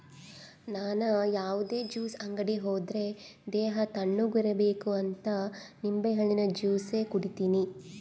ನನ್ ಯಾವುದೇ ಜ್ಯೂಸ್ ಅಂಗಡಿ ಹೋದ್ರೆ ದೇಹ ತಣ್ಣುಗಿರಬೇಕಂತ ನಿಂಬೆಹಣ್ಣಿನ ಜ್ಯೂಸೆ ಕುಡೀತೀನಿ